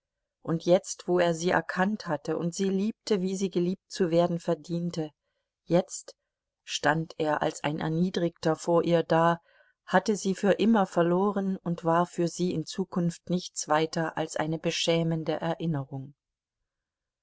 und jetzt wo er sie erkannt hatte und sie liebte wie sie geliebt zu werden verdiente jetzt stand er als ein erniedrigter vor ihr da hatte sie für immer verloren und war für sie in zukunft nichts weiter als eine beschämende erinnerung